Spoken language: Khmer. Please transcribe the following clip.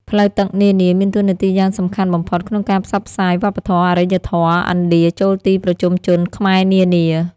ផ្លូវទឹកនានា មានតួនាទីយ៉ាងសំខាន់បំផុត ក្នុងការផ្សព្វផ្សាយ វប្បធម៌ អារ្យធម៌ ឥណ្ឌាចូលទីប្រជុំជនខ្មែរនានា ។